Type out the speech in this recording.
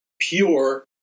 pure